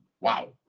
Wow